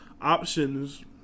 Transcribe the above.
options